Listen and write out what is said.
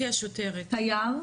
שלנו, תייר.